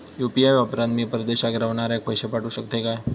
UPI वापरान मी परदेशाक रव्हनाऱ्याक पैशे पाठवु शकतय काय?